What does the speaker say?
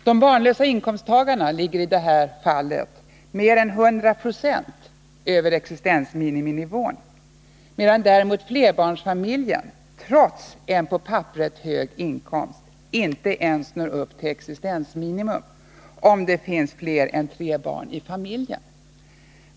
De barnlösa inkomsttagarna ligger i det här fallet mer än 100 26 över existensminiminivån, medan däremot flerbarnsfamiljen, trots en på papperet hög inkomst, inte ens når upp till existensminimum, om det finns fler än tre barn i familjen.